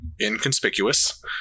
inconspicuous